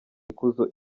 ikuzo